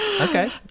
okay